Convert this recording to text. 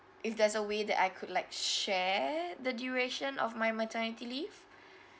if there's a way that I could like share the duration of my maternity leave